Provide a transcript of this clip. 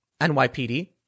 NYPD